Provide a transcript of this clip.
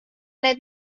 need